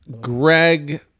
Greg